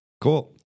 cool